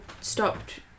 stopped